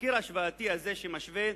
התחקיר ההשוואתי הזה, שמשווה